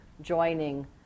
joining